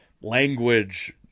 language